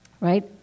Right